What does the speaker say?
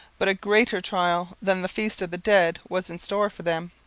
but a greater trial than the feast of the dead was in store for them.